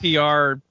PR